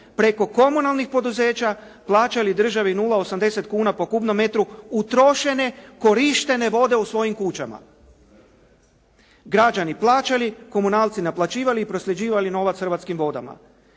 preko komunalnih poduzeća plaćali državi 0,80 kuna po kubnom metru utrošene, korištene vode u svojim kućama. Građani plaćali, komunalci naplaćivali i prosljeđivali novac Hrvatskim vodama.